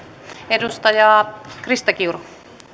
edustaja krista kiuru